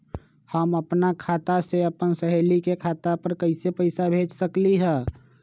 हम अपना खाता से अपन सहेली के खाता पर कइसे पैसा भेज सकली ह?